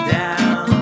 down